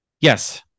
Yes